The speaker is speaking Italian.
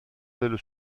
del